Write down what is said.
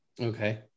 Okay